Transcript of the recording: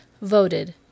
voted